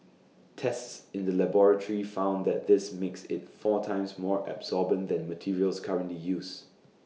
tests in the laboratory found that this makes IT four times more absorbent than materials currently used